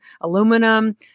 aluminum